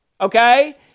okay